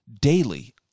daily